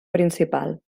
principal